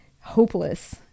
hopeless